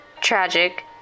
Tragic